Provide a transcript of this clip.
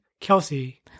Kelsey